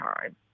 time